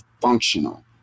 functional